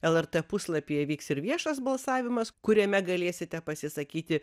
lrt puslapyje vyks ir viešas balsavimas kuriame galėsite pasisakyti